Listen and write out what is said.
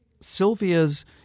Sylvia's